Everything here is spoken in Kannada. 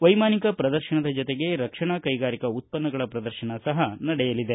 ವೈಮಾನಿಕ ಪ್ರದರ್ಶನದ ಜತೆಗೆ ರಕ್ಷಣಾ ಕೈಗಾರಿಕಾ ಉತ್ಪನ್ನಗಳ ಪ್ರದರ್ಶನ ಸಹ ನಡೆಯಲಿದೆ